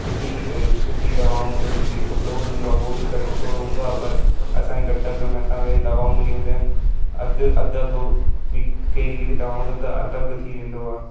सुठी सुठी दवाऊं जो बि जेको डोज़ हूंदो आहे उहो बि घटि थोरो हूंदो आहे पर असांजे घटि अघु में असांखे दवाऊं मिली वेंदी आहिनि अधु अधु अघु बि कहिड़ी दवाऊं जो त अधु अघु थी वेंदो आहे